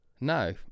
No